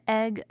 egg